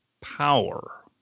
power